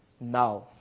Now